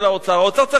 האוצר צריך להחליט,